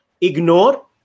ignore